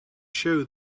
show